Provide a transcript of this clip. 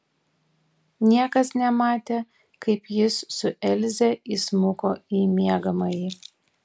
niekas nematė kaip jis su elze įsmuko į miegamąjį